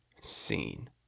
seen